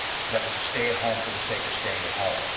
that was a stay at home for the sake of staying at home.